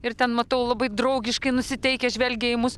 ir ten matau labai draugiškai nusiteikę žvelgia į mus